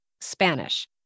Spanish